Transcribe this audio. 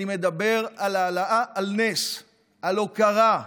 אני מדבר על העלאה על נס, על הוקרה,